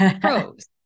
Pros